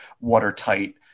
watertight